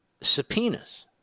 subpoenas